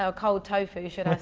ah cold tofu should